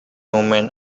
women